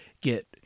get